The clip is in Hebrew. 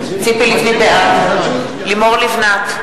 בעד לימור לבנת,